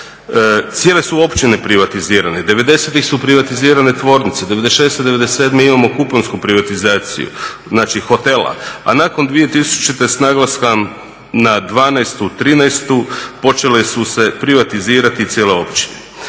Cijele su općine privatizirane. Devedesetih su privatizirane tvornice, '96., '97. imamo kuponsku privatizaciju, znači hotela. A nakon 2000. s naglaskom na dvanaestu, trinaestu počele su se privatizirati i cijele općine.